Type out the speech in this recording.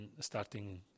starting